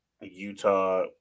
Utah